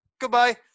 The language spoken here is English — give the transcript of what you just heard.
goodbye